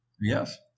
Yes